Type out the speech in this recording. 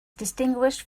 distinguished